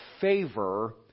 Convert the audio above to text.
favor